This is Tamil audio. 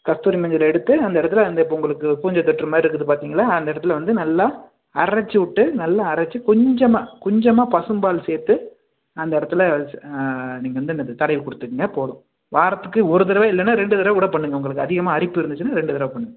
கஸ்தூரி மஞ்சள் எடுத்து அந்த இடத்துல அந்த இப்போ உங்களுக்கு பூஞ்சை தொற்றுமாதிரி இருக்குது பார்த்திங்களா அந்த இடத்துல வந்து நல்லா அரைச்சுட்டு நல்லா அரைச்சு கொஞ்சமாக கொஞ்சமாக பசும் பால் சேர்த்து அந்த இடத்துல நீங்கள் வந்து என்னது தடவி கொடுத்துகோங்க போதும் வாரத்துக்கு ஒரு தடவை இல்லைனா ரெண்டு தடவை கூட பண்ணுங்க உங்களுக்கு அதிகமாக அரிப்பிருந்துச்சுனா ரெண்டு தடவை பண்ணுங்க போதும்